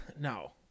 No